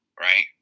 right